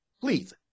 please